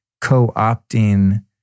co-opting